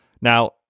Now